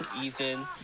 Ethan